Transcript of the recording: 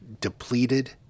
depleted